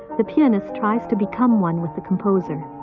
the pianist tries to become one with the composer.